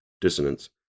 Dissonance